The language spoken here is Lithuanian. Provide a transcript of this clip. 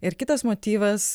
ir kitas motyvas